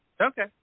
Okay